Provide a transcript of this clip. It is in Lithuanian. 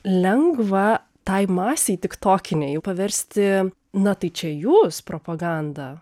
lengva tai masei tiktokinei paversti na tai čia jūs propagandą